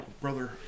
brother